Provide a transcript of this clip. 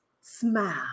smile